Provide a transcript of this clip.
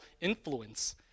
influence